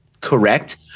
correct